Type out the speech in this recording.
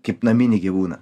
kaip naminį gyvūną